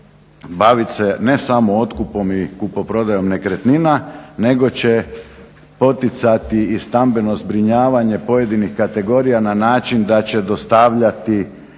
baviti se ne samo otkupom i kupoprodajom nekretnina nego će poticati i stambeno zbrinjavanje pojedinih kategorija na način da će dostavljati